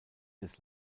des